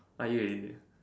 I eat already